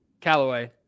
Callaway